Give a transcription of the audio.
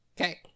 okay